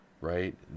right